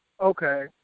Okay